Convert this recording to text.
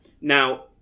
Now